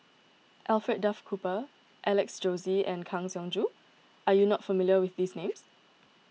Alfred Duff Cooper Alex Josey and Kang Siong Joo are you not familiar with these names